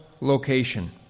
location